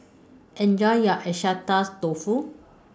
Enjoy your Agedashi Dofu